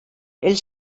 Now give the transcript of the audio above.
els